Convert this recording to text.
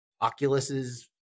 Oculus's